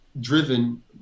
driven